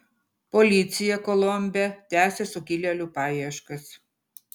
policija kolombe tęsia sukilėlių paieškas